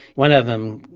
one of them,